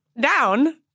down